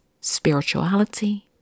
spirituality